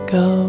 go